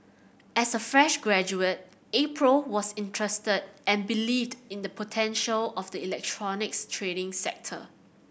as a fresh graduate April was interested and believed in the potential of the electronics trading sector